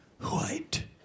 white